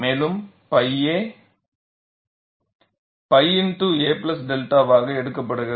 மேலும் pi a pi X a 𝛅 வாக எடுக்கப்படுகிறது